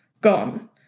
gone